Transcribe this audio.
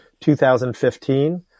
2015